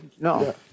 No